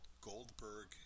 Goldberg